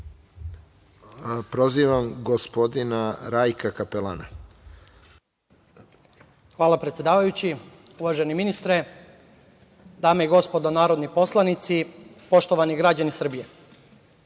Rajka Kapelana. **Rajko Kapelan** Hvala predsedavajući. Uvaženi ministre, dame i gospodo narodni poslanici, poštovani građani Srbije,